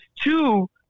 two